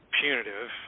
punitive